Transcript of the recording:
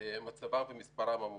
מצבם ומספרם המועט.